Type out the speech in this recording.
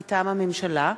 מטעם הממשלה: